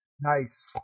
Nice